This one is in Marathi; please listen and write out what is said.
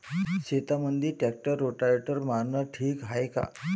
शेतामंदी ट्रॅक्टर रोटावेटर मारनं ठीक हाये का?